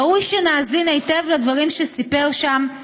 ראוי שנאזין היטב לדברים שסיפר שם,